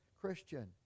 Christian